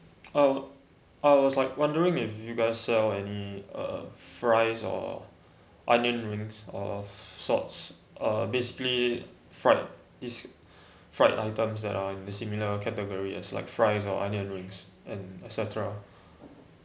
I wa~ I was like wondering if you guys sell any uh fries or onion rings of sorts uh basically fried this fried items that are in similar category as like fries or onion rings and et cetera